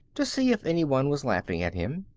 to see if any one was laughing at him,